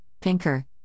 Pinker